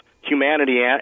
humanity